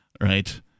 Right